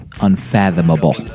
unfathomable